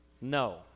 No